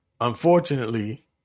unfortunately